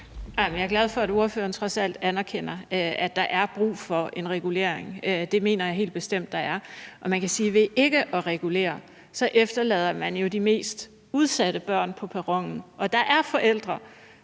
jeg er glad for, at ordføreren trods alt anerkender, at der er brug for en regulering. Det mener jeg helt bestemt der er. Og vi kan jo sige, at man ved ikke at regulere efterlader de mest udsatte børn på perronen. Der er forældre,